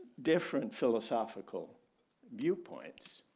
different philosophical viewpoints.